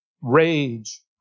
rage